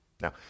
Now